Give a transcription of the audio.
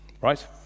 right